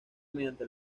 mediante